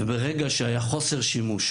וברגע שהיה יתר או חוסר שימוש,